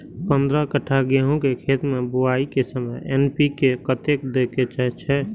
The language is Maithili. पंद्रह कट्ठा गेहूं के खेत मे बुआई के समय एन.पी.के कतेक दे के छे?